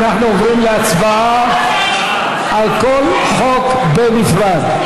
אנחנו עוברים להצבעה על כל חוק בנפרד.